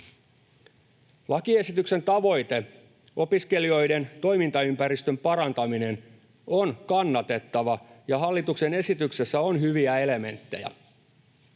Lakiesityksen tavoite, opiskelijoiden toimintaympäristön parantaminen, on kannatettava, ja hallituksen esityksessä on hyviä elementtejä.